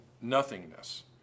nothingness